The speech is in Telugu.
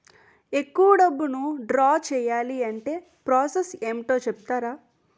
ఎక్కువ డబ్బును ద్రా చేయాలి అంటే ప్రాస సస్ ఏమిటో చెప్తారా?